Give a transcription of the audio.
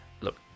Look